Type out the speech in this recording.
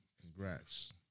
Congrats